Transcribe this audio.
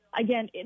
again